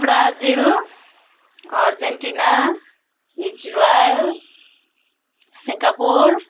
Brazil Argentina Israel Singapore